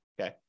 Okay